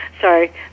sorry